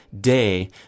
day